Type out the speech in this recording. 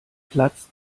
platz